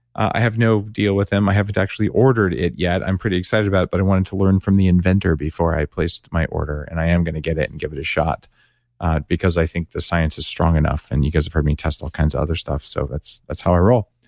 i have no deal with them. i haven't actually ordered it yet i'm pretty excited about it, but i wanted to learn from the inventor before i placed my order. and i am going to get it and give it a shot because i think the science is strong enough and you guys have heard me test all kinds of other stuff so that's that's how i roll.